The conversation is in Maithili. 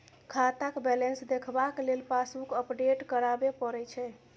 खाताक बैलेंस देखबाक लेल पासबुक अपडेट कराबे परय छै